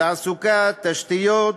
תעסוקה, תשתיות,